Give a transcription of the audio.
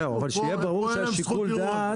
זהו, אבל שיהיה ברור --- פה אין להם זכות ערעור.